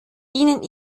ihnen